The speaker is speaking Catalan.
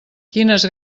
quines